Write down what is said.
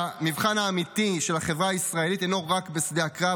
המבחן האמיתי של החברה הישראלית אינו רק בשדה הקרב,